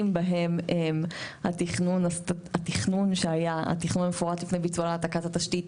בהם התכנון המפורט לפני ביצוע להעתקת התשתית,